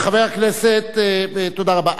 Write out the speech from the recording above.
תודה רבה.